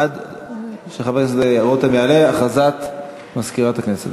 עד שחבר הכנסת רותם יעלה, הכרזת מזכירת הכנסת.